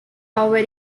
are